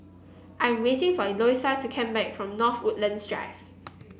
I am waiting for Eloisa to come back from North Woodlands Drive